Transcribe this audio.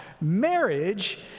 marriage